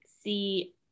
see